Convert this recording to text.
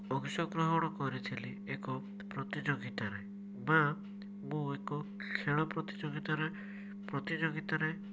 ଅଂଶଗ୍ରହଣ କରିଥିଲି ଏକ ପ୍ରତିଯୋଗିତାରେ ବା ମୁଁ ଏକ ଖେଳ ପ୍ରତିଯୋଗିତାରେ ପ୍ରତିଯୋଗିତାରେ